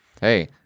hey